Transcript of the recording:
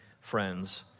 friends